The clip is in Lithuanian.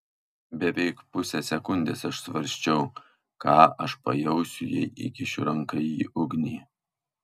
beveik pusę sekundės aš svarsčiau ką aš pajausiu jei įkišiu ranką į ugnį